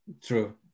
True